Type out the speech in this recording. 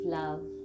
love